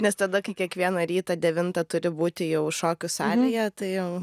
nes tada kai kiekvieną rytą devintą turi būti jau šokių salėje tai jau